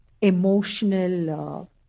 emotional